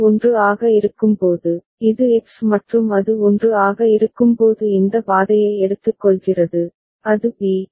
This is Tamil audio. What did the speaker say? அது 1 ஆக இருக்கும்போது இது எக்ஸ் மற்றும் அது 1 ஆக இருக்கும்போது இந்த பாதையை எடுத்துக்கொள்கிறது அது பி